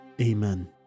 Amen